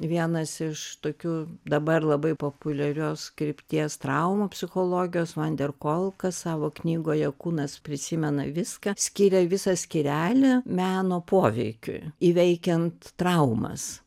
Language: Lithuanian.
vienas iš tokių dabar labai populiarios krypties traumų psichologijos vanderkolkas savo knygoje kūnas prisimena viską skiria visą skyrelį meno poveikiui įveikiant traumas